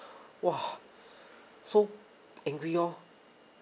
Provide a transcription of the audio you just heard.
!wah! so angry lor